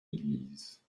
église